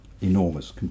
enormous